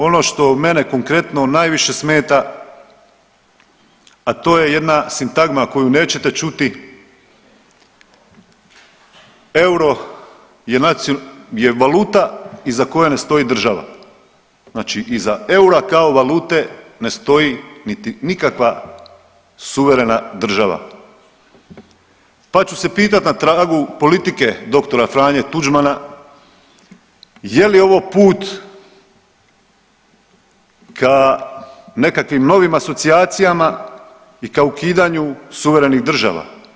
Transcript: Ono što mene konkretno najviše smeta, a to je jedna sintagma koju nećete čuti „euro je valuta iza koje ne stoji država“ znači iza eura kao valute ne stoji niti nikakva suverena država, pa ću se pitati na tragu politike dr. Franje Tuđmana je li ovo put ka nekakvim novim asocijacijama i ka ukidanju suverenih država.